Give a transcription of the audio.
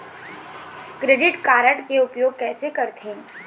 Credit card के उपयोग कैसे करथे?